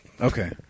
Okay